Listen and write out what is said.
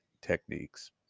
techniques